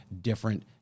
different